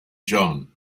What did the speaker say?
john